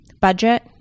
budget